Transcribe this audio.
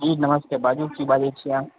जी नमस्ते बाजू की बाजै छी अहाँ